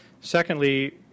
Secondly